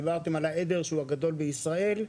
דיברתם על העדר שהוא הגדול בישראל.